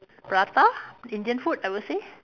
prata Indian food I would say